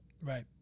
Right